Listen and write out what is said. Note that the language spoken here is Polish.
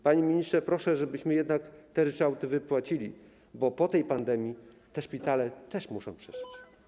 Panie ministrze, proszę, żebyśmy jednak te ryczałty wypłacili, bo po pandemii te szpitale też muszą przeżyć.